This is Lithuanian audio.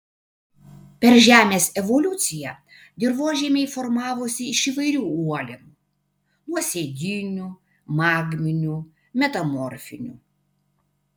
per žemės evoliuciją dirvožemiai formavosi iš įvairių uolienų nuosėdinių magminių metamorfinių